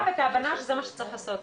את ההשראה ואת ההבנה שזה מה שצריך לעשות,